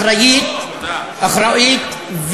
אחראית,